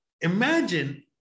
Imagine